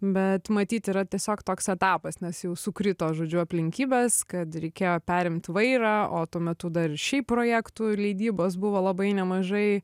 bet matyt yra tiesiog toks etapas nes jau sukrito žodžiu aplinkybės kad reikėjo perimt vairą o tuo metu dar ir šiaip projektų leidybos buvo labai nemažai